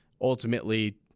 ultimately